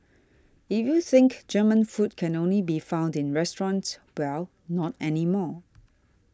if you think German food can only be found in restaurants well not anymore